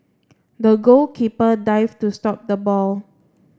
the goalkeeper dived to stop the ball